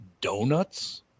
donuts